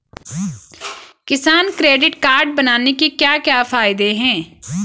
किसान credit card बनाने के क्या क्या फायदे हैं?